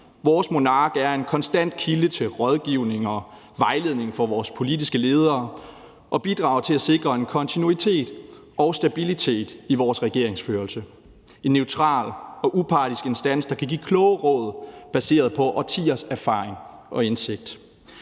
Vores monark er en konstant kilde til rådgivning og vejledning for vores politiske ledere og bidrager til at sikre en kontinuitet og stabilitet i vores regeringsførelse. Det er en neutral og upartisk instans, der kan give kloge råd baseret på årtiers erfaring og indsigt.